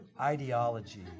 ideology